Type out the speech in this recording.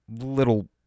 little